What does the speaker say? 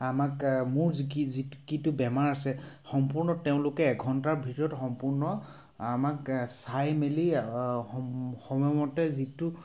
আমাক মোৰ যি কিটো বেমাৰ আছে সম্পূৰ্ণ তেওঁলোকে এঘণ্টাৰ ভিতৰত সম্পূৰ্ণ আমাক চাই মেলি সম সময়মতে যিটো